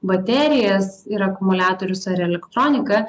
baterijas ir akumuliatorius ar elektroniką